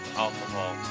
alcohol